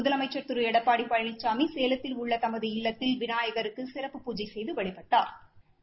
முதலமைச்சர் திரு எடப்பாடி பழனிசாமி சேலத்தில் உள்ள தமது இல்லத்தில் விநாயகருக்கு சிறப்பு பூஜை செய்து வழிபட்டா்